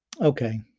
Okay